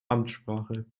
amtssprache